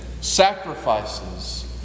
sacrifices